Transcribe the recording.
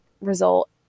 result